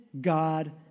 God